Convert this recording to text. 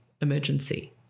emergency